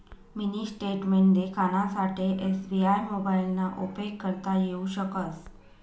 mini statement देखानासाठे SBI मोबाइलना उपेग करता येऊ शकस